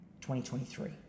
2023